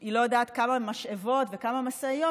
שהיא לא יודעת כמה משאבות וכמה משאיות,